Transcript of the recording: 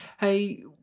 hey